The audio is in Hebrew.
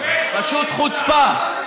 פשוט חוצפה.